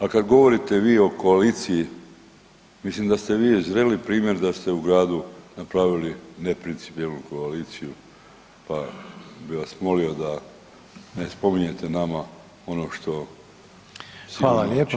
A kad govorite vi o koaliciji mislim da ste vi zreli primjer da ste u gradu napravili neprincipijelnu koaliciju, pa bih vas molio da ne spominjete nama ono što ste nama činili.